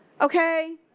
okay